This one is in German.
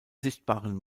sichtbaren